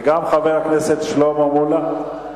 וגם חבר הכנסת שלמה מולה.